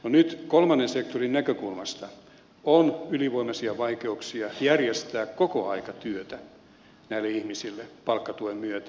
nyt kolmannen sektorin näkökulmasta on ylivoimaisia vaikeuksia järjestää kokoaikatyötä näille ihmisille palkkatuen myötä